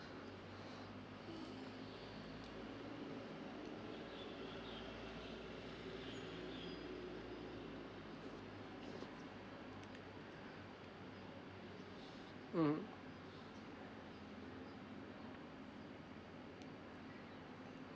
mm